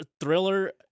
thriller